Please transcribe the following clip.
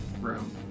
room